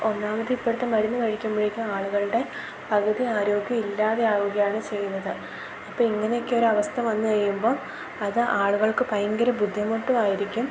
ഒന്നാമത് ഈ ഇപ്പോഴത്തെ മരുന്ന് കഴിക്കുമ്പോഴേക്കും ആളുകളുടെ പകുതി ആരോഗ്യം ഇല്ലാതെ ആവുകയാണ് ചെയ്യുന്നത് അപ്പം ഇങ്ങനെയൊക്കെ ഒരവസ്ഥ വന്ന് കഴിയുമ്പോൾ അത് ആളുകൾക്ക് ഭയങ്കര ബുദ്ധിമുട്ട് ആയിരിക്കും